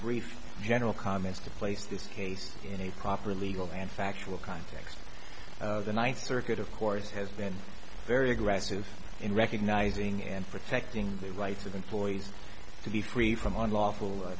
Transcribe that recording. brief general comments to place this case in a proper legal and factual context the ninth circuit of course has been very aggressive in recognizing and protecting the rights of employees to be free from lawful